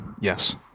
Yes